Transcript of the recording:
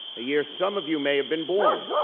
the year some of you may have been born,